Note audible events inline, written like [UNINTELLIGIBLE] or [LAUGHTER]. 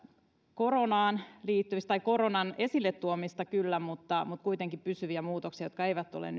koronaan liittyvistä koronan esille tuomista kyllä vaan pysyvistä muutoksista jotka eivät ole [UNINTELLIGIBLE]